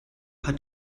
paar